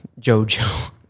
Jojo